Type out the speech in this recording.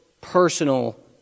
personal